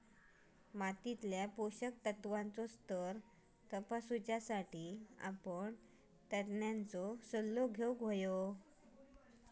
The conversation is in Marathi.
मातीतल्या पोषक तत्त्वांचो स्तर तपासुसाठी आपण तज्ञांचो सल्लो घेउक हवो